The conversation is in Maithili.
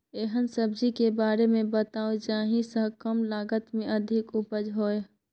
एहन सब्जी के बारे मे बताऊ जाहि सॅ कम लागत मे अधिक उपज होय?